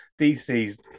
DC's